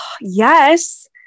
Yes